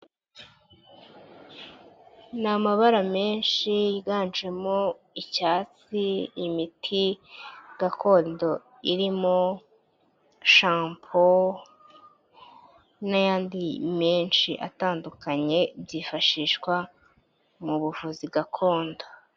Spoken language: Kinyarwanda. Ni amabara menshi yiganjemo icyatsi, imiti gakondo irimo shampo n'ayandi menshi atandukanye byifashishwa mu buvuzi gakondo.